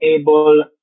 able